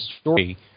story